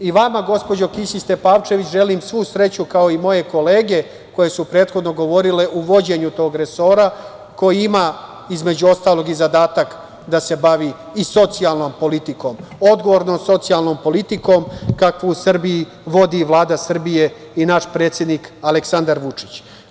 Vama, gospođo Kisić Tepavčević, želim svu sreću, kao i moje kolege koje su prethodno govorile, u vođenju tog resora koji ima, između ostalog, i zadatak da se bavi i socijalnom politikom, odgovornom socijalnom politikom kakvu u Srbiji vodi Vlada Srbije i naš predsednik Aleksandar Vučić.